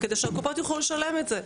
כדי שהקופות יוכלו לשלם את זה.